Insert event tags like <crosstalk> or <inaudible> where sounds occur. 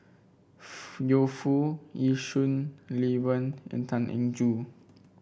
<unintelligible> Yu Foo Yee Shoon Lee Wen and Tan Eng Joo